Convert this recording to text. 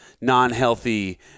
non-healthy